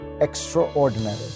Extraordinary